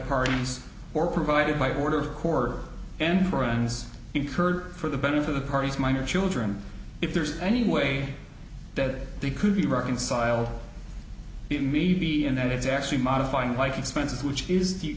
parties or provided by order of corps and friends incurred for the benefit of the parties minor children if there's any way that they could be reconciled maybe in that it's actually modifying like expenses which is the